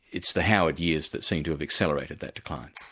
it's the howard years that seem to have accelerated that decline.